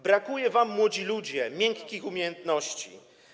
Brakuje wam, młodzi ludzie, miękkich umiejętności.